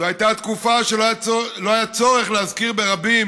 זו הייתה תקופה שלא היה צורך להזכיר ברבים